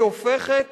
היא הופכת